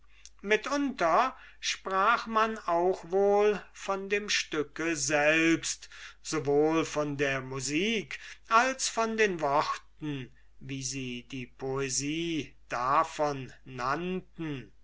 mitunter sprach man auch wohl von dem stücke selbst sowohl von der musik als von den worten wie sie die poesie davon nannten